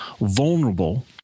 vulnerable